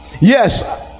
yes